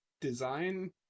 design